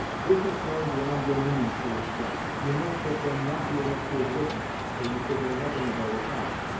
this is going beyond your means, foolish child you must have been naughty enough to have listened, or you could know nothing of our talk.